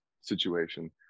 situation